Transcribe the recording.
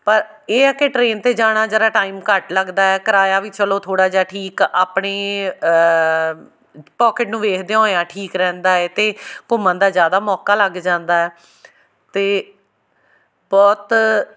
ਪਰ ਇਹ ਹੈ ਕਿ ਟਰੇਨ 'ਤੇ ਜਾਣਾ ਜਰਾ ਟਾਈਮ ਘੱਟ ਲੱਗਦਾ ਹੈ ਕਿਰਾਇਆ ਵੀ ਚਲੋ ਥੋੜ੍ਹਾ ਜਿਹਾ ਠੀਕ ਆਪਣੀ ਪੋਕਿਟ ਨੂੰ ਵੇਖਦਿਆਂ ਹੋਇਆ ਠੀਕ ਰਹਿੰਦਾ ਹੈ ਅਤੇ ਘੁੰਮਣ ਦਾ ਜ਼ਿਆਦਾ ਮੌਕਾ ਲੱਗ ਜਾਂਦਾ ਅਤੇ ਬਹੁਤ